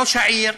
וראש העיר,